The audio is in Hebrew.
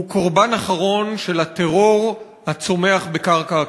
הוא קורבן אחרון של הטרור הצומח בקרקע הכיבוש.